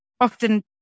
often